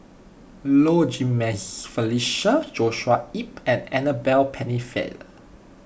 Low Jimenez Felicia Joshua Ip and Annabel Pennefather